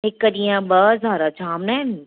हिकु ॾींहुं ॿ हज़ार जाम आहिनि